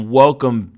welcome